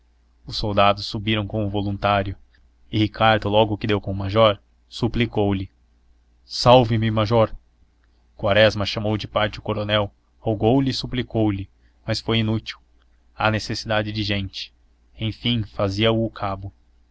os soldados subiram com o voluntário e ricardo logo que deu com o major suplicou lhe salve-me major quaresma chamou de parte o coronel rogou lhe e suplicou lhe mas foi inútil há necessidade de gente enfim fazia-o cabo